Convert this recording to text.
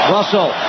Russell